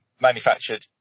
manufactured